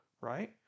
right